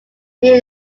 near